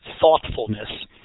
thoughtfulness